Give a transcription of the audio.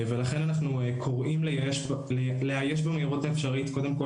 ולכן אנחנו קוראים לאייש במהירות האפשרית קודם כל